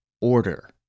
order